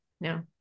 no